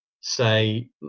say